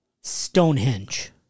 Stonehenge